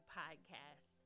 podcast